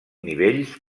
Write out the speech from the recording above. nivells